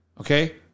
Okay